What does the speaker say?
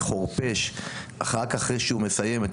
לא שורד אחרי כמה חודשים.